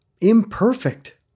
imperfect